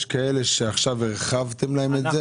יש כאלה שעכשיו הרחבתם להם את זה?